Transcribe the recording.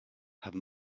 have